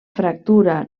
fractura